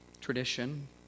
tradition